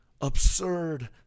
absurd